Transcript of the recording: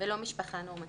ולא משפחה נורמטיבית."